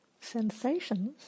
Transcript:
Sensations